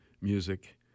music